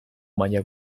maila